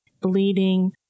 bleeding